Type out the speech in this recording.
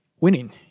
winning